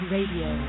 Radio